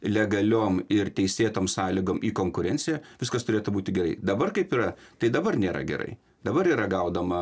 legaliom ir teisėtom sąlygom į konkurenciją viskas turėtų būti gerai dabar kaip yra tai dabar nėra gerai dabar yra gaudoma